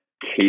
case